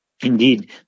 indeed